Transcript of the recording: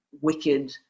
wicked